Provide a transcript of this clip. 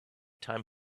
time